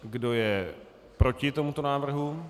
Kdo je proti tomuto návrhu?